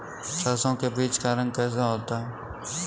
सरसों के बीज का रंग कैसा होता है?